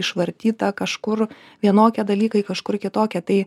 išvartyta kažkur vienokie dalykai kažkur kitokie tai